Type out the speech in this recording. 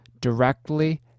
directly